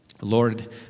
Lord